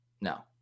No